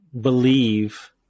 believe